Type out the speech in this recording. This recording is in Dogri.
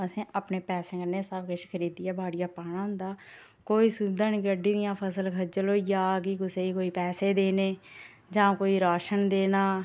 असें अपने पैसें कन्नै सब किश खरीदियै बाड़िये पाना हुंदा कोई सुविधा नी फसल खज्जल होई जा कुसै गी कोई पैसे देने जां कोई राशन देना